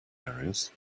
areas